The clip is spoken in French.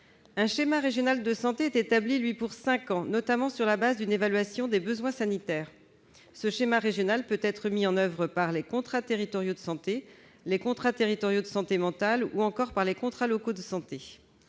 Un schéma régional de santé est établi pour cinq ans notamment sur la base d'une évaluation des besoins sanitaires. Il peut être mis en oeuvre par les contrats territoriaux de santé, les contrats territoriaux de santé mentale ou encore les contrats locaux de santé.